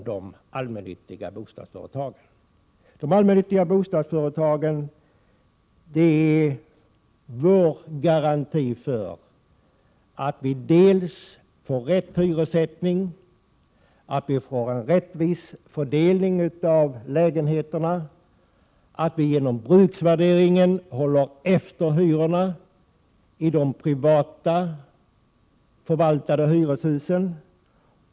De allmännyttiga bostadsföretagen är vår garanti för att vi dels får rätt hyressättning, dels rättvis fördelning av lägenheterna och dels genom bruksvärderingen håller efter hyrorna i de privatförvaltade hyreshusen.